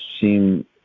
seem